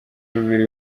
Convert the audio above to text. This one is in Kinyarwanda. bibiri